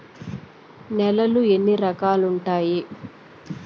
నేలలు ఎన్ని రకాలు వుండాయి?